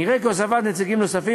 נראה כי הוספת נציגים נוספים,